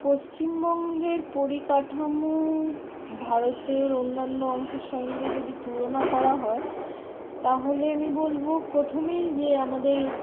পশ্চিমবঙ্গের পরিকাঠামো ভারতের অন্যান্য অংশের সঙ্গে যদি তুলনা করা হয় তাহলে আমি বলব প্রথমেই যে আমাদের